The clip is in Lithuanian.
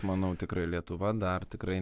manau tikrai lietuva dar tikrai